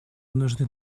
нужны